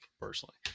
personally